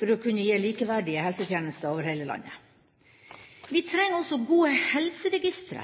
for å kunne gi likeverdige helsetjenester over hele landet. Vi trenger også gode helseregistre